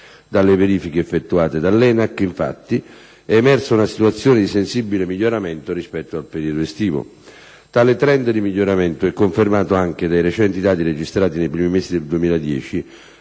Dalle verifiche effettuate dall'ENAC, infatti, è emersa una situazione di sensibile miglioramento rispetto al periodo estivo. Tale *trend* di miglioramento è confermato anche dai recenti dati registrati nei primi mesi del 2010